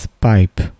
pipe